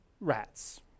rats